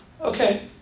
Okay